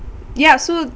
ya so